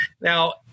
Now